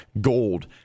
gold